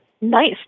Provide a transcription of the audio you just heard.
nice